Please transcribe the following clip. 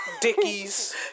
dickies